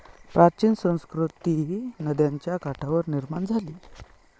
प्राचीन संस्कृती नद्यांच्या काठावर निर्माण झाली